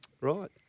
Right